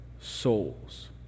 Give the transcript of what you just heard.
souls